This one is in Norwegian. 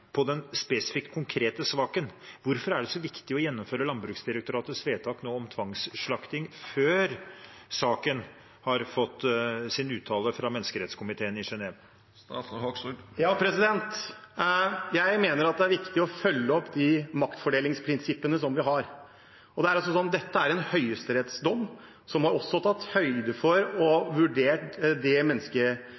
I den spesifikke, konkrete saken, hvorfor er det nå så viktig å gjennomføre Landbruksdirektoratets vedtak om tvangsslakting før saken har fått sin uttalelse fra menneskerettskomiteen i Genève? Jeg mener at det er viktig å følge opp de maktfordelingsprinsippene som vi har. Dette er en høyesterettsdom som også har tatt høyde for og